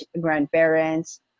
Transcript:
grandparents